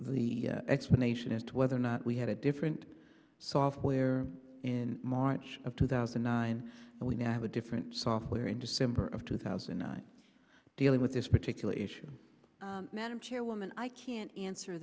the explanation as to whether or not we had a different software in march of two thousand and nine and we now have a different software in december of two thousand in dealing with this particular issue madam chairwoman i can't answer